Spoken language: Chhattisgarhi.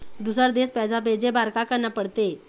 दुसर देश पैसा भेजे बार का करना पड़ते?